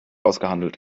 ausgehandelt